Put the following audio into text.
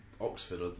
Oxford